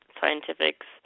scientifics